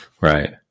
Right